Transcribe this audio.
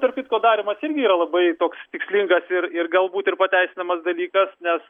tarp kitko darymas yra labai toks tikslingas ir ir galbūt ir pateisinamas dalykas nes